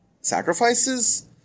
sacrifices